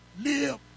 live